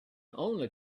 only